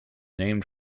named